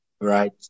Right